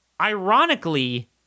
ironically